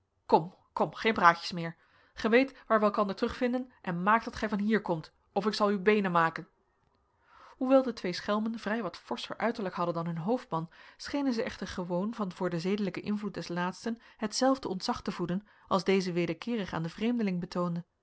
kom kom geen praatjes meer gij weet waar wij elkander terugvinden en maakt dat gij van hier komt of ik zal u beenen maken hoewel de twee schelmen vrij wat forscher uiterlijk hadden dan hun hoofdman schenen zij echter gewoon van voor den zedelijken invloed des laatsten hetzelfde ontzag te voeden als deze wederkeerig aan den vreemdeling betoonde